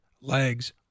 legs